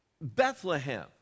Bethlehem